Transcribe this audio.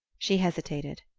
she hesitated.